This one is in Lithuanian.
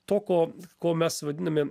to ko ko mes vadiname